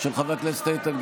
של חבר הכנסת איתן גינזבורג,